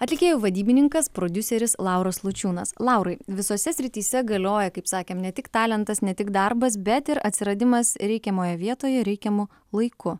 atlikėjų vadybininkas prodiuseris lauras lučiūnas laurai visose srityse galioja kaip sakėm ne tik talentas ne tik darbas bet ir atsiradimas reikiamoje vietoje reikiamu laiku